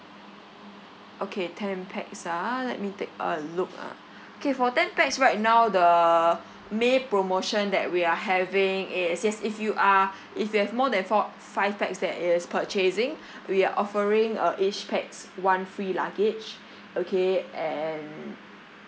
okay ten pax ah let me take a look ah K for ten pax right now the may promotion that we are having is yes if you are if you have more than four five pax that is purchasing we are offering uh each pax one free luggage okay and